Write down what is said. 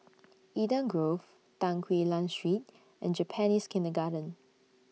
Eden Grove Tan Quee Lan Street and Japanese Kindergarten